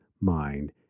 Mind